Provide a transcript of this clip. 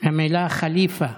המילה "ח'ליפה"